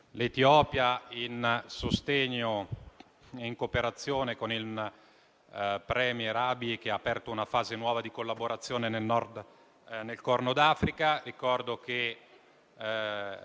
l'Etiopia, in sostegno e in cooperazione con il *premier* Abiy, che ha aperto una fase nuova di collaborazione nel Corno d'Africa. Ricordo che